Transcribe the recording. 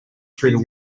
through